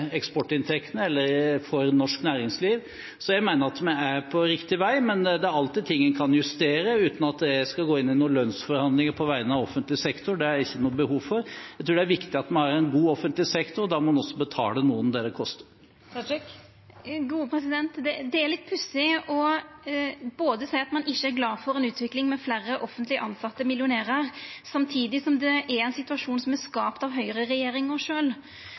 eksportinntektene. Så jeg mener at vi er på riktig vei, men det er alltid ting en kan justere, uten at jeg skal gå inn i noen lønnsforhandlinger på vegne av offentlig sektor. Det har jeg ikke noe behov for. Jeg tror det er viktig at vi har en god offentlig sektor, og da må en også betale noen det det koster. Det er litt pussig å seia at ein ikkje er glad for ei utvikling med fleire offentleg tilsette millionærar, samtidig som det er ein situasjon som er skapt av